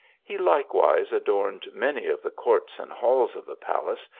he likewise adorned many of the courts and halls of the palace,